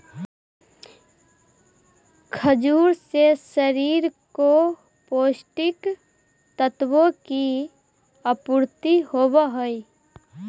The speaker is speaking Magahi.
खजूर से शरीर को पौष्टिक तत्वों की आपूर्ति होवअ हई